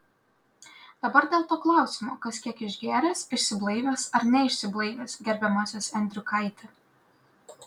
dabar dėl to klausimo kas kiek išgėręs išsiblaivęs ar neišsiblaivęs gerbiamasis endriukaiti